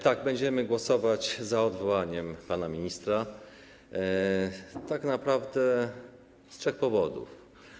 Tak, będziemy głosować za odwołaniem pana ministra, tak naprawdę z trzech powodów.